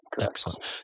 Excellent